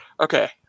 Okay